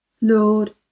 Lord